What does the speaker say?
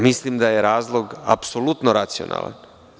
Mislim da je razlog apsolutno racionalan.